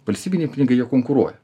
valstybiniai pinigai jie konkuruoja